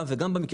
גם וגם.